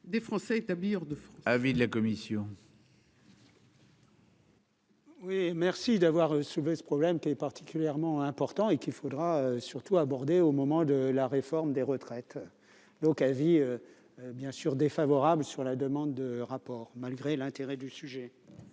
des Français établis hors de France, avis de la commission. Oui, merci d'avoir soulevé ce problème qui est particulièrement important et qu'il faudra surtout aborder au moment de la réforme des retraites, donc avis bien sûr défavorable sur la demande de rapport, malgré l'intérêt du sujet.